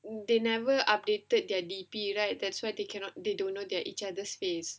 mm they never updated their D_P right that's why they cannot they don't know their each other's face